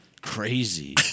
crazy